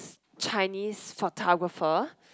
Chinese photographer